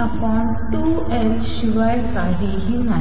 v2L शिवाय काहीही नाही